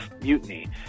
mutiny